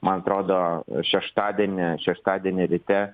man atrodo šeštadienį šeštadienį ryte